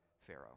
Pharaoh